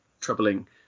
troubling